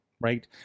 Right